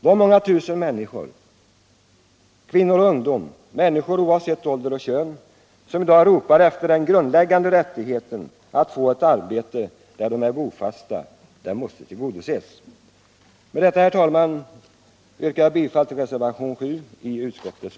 De många tusen människor, kvinnor och ungdomar, människor oavsett ålder och kön, som i dag ropar efter den grundläggande rättigheten att få ett arbete där de är bofasta, måste tillgodoses.